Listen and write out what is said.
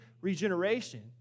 regeneration